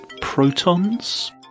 protons